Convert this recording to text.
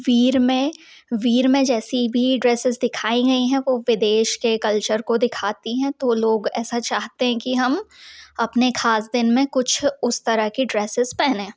वीर में वीर में जैसी भी ड्रेसेज़ दिखाई गई है वो विदेश के कल्चर को दिखाती है तो लोग ऐसा चाहते हैं कि हम अपने खास दिन में कुछ उस तरह की ड्रेसेज़ पहने